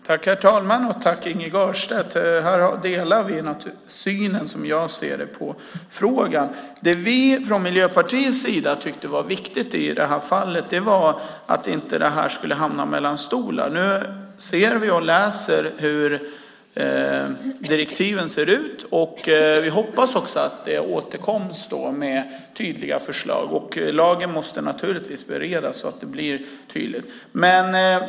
Herr talman! Vi delar naturligtvis synen på frågan. Det som vi från Miljöpartiets sida tyckte var viktigt i det här fallet var att detta inte skulle hamna mellan stolarna. Nu ser vi hur direktiven ser ut. Vi hoppas att man återkommer med tydliga förslag. Lagen måste naturligtvis beredas så att det blir tydligt.